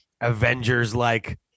Avengers-like